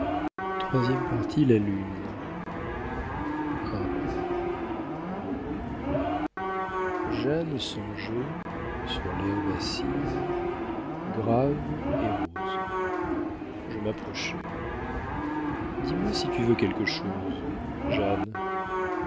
jeanne songeait sur l'herbe assise grave et rose je m'approchai dis-moi si tu veux quelque chose jeanne